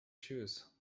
shoes